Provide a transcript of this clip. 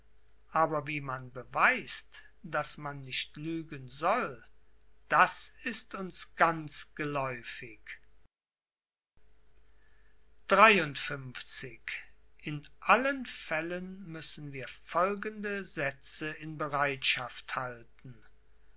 aber wie man beweist daß man nicht lügen soll das ist uns ganz geläufig die summe der weisheit liii in allen fällen müssen wir folgende sätze in bereitschaft halten